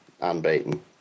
Unbeaten